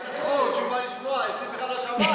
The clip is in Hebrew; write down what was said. יש לך זכות שהוא בא לשמוע, אצלי הוא בכלל לא שמע.